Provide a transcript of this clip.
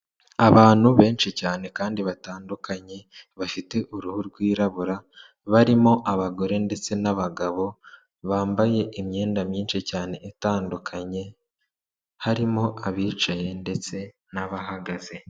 Abantu benshi cyane kandi batandukanye bafite uruhu rwirabura, barimo abagore ndetse n'abagabo, bambaye imyenda myinshi cyane itandukanye harimo abicaye ndetse n'abahagaze.